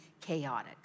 chaotic